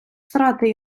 срати